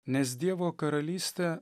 nes dievo karalystė